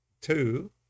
two